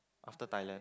after Thailand